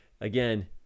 again